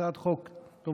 הצעת חוק טובה.